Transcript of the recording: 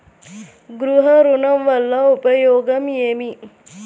గృహ ఋణం వల్ల ఉపయోగం ఏమి?